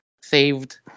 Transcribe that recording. saved